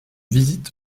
visite